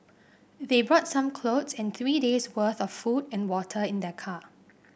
they brought some clothes and three days' worth of food and water in their car